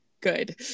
good